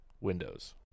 Windows